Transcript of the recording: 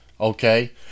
Okay